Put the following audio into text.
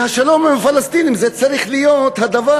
והשלום עם הפלסטינים זה צריך להיות הדבר